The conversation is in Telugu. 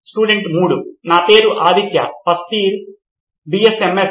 స్టూడెంట్ 3 నా పేరు ఆదిత్య ఫస్ట్ ఇయర్ బిఎస్ఎంఎస్